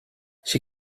she